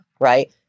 right